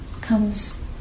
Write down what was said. comes